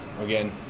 again